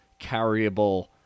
carryable